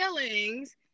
feelings